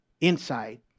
inside